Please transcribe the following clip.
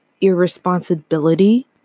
irresponsibility